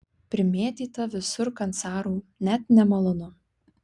primėtyta visur kancarų net nemalonu